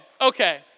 okay